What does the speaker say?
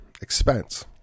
expense